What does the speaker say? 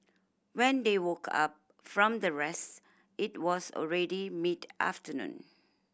when they woke up from their rest it was already mid afternoon